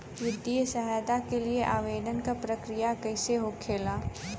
वित्तीय सहायता के लिए आवेदन क प्रक्रिया कैसे होखेला?